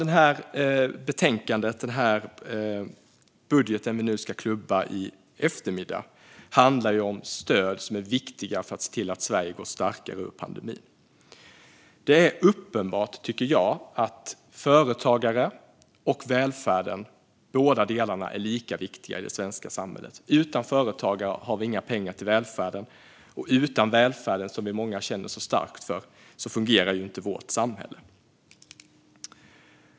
Den här budgeten, som vi ska klubba i eftermiddag, handlar om stöd som är viktiga när det gäller att se till att Sverige går starkare ur pandemin. Det är uppenbart, tycker jag, att företagare och välfärden är lika viktiga i det svenska samhället. Utan företagare har vi inga pengar till välfärden, och utan välfärden, som många känner starkt för, fungerar inte vårt samhälle.